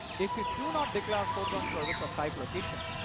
if you do not declare foreground service of type location,